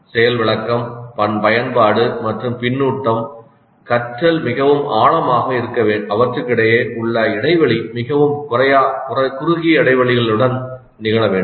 செயல் விளக்கம் பயன்பாடு மற்றும் பின்னூட்டம் கற்றல் மிகவும் ஆழமாக இருக்க அவற்றுக்கிடையே மிகக் குறுகிய இடைவெளிகளுடன் அவை நிகழ வேண்டும்